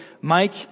Mike